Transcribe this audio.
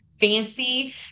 fancy